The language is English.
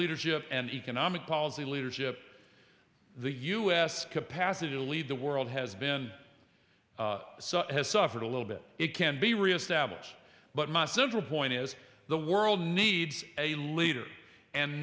leadership and economic policy leadership the us capacity to lead the world has been has suffered a little bit it can be reestablished but my simple point is the world needs a leader and